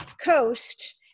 coast